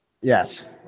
Yes